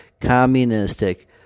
communistic